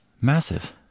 Massive